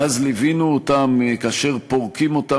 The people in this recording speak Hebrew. ואז ליווינו אותם כאשר פורקים אותם